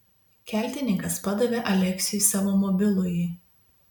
keltininkas padavė aleksiui savo mobilųjį